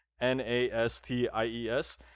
N-A-S-T-I-E-S